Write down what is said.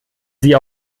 sie